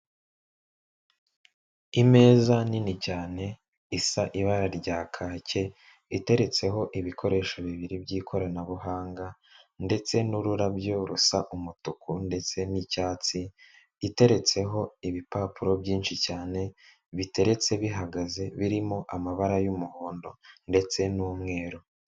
Imeza nini cyane isa ibara rya kake, iteretseho ibikoresho bibiri by'ikoranabuhanga ndetse n'ururabyo rusa umutuku ndetse n'icyatsi, iteretseho ibipapuro byinshi cyane biteretse bihagaze birimo amabara y'umuhondo ndetse n'umweru.